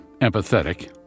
empathetic